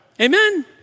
Amen